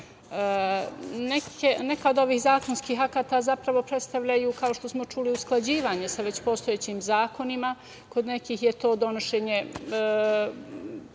čuli. Neka od ovih zakonskih akata zapravo predstavljaju, kao što smo čuli, usklađivanje sa već postojećim zakonima, kod nekih je to donošenje